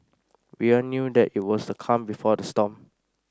we all knew that it was the calm before the storm